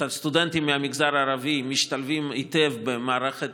הסטודנטים מהמגזר הערבי משתלבים היטב במערכת